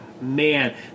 man